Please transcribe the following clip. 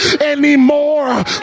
anymore